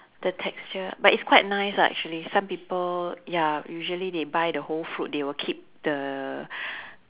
the texture but it's quite nice ah actually some people ya usually they buy the whole fruit they will keep the